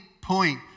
point